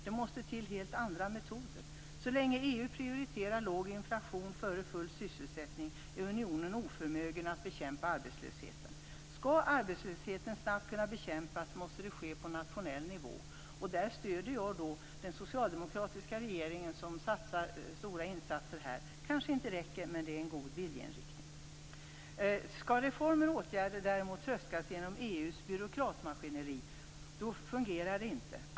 Det måste till helt andra metoder. Så länge EU prioriterar låg inflation före full sysselsättning är unionen oförmögen att bekämpa arbetslösheten. Skall arbetslösheten snabbt kunna bekämpas måste det ske på nationell nivå. Där stöder jag den socialdemokratiska regeringen, som gör stora insatser här. Det kanske inte räcker men det är en god viljeinriktning. Skall reformer och åtgärder däremot tröskas genom EU:s byråkratmaskineri fungerar det inte.